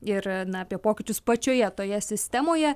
ir na apie pokyčius pačioje toje sistemoje